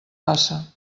passa